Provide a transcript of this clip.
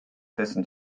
dessen